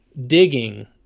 digging